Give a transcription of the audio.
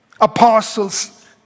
apostles